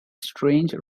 strange